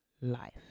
life